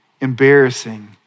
embarrassing